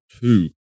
two